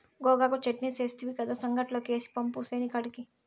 గోగాకు చెట్నీ సేస్తివి కదా, సంగట్లోకి ఏసి పంపు సేనికాడికి